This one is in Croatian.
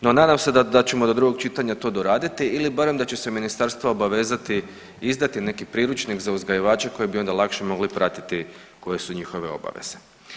No nadam se da ćemo do drugog čitanja to doraditi ili barem da će se ministarstvo obavezati izdati neki priručnik za uzgajivače koji bi onda lakše mogli pratiti koje su njihove obveze.